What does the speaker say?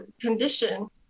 condition